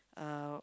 uh